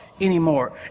anymore